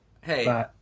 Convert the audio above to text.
Hey